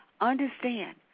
understand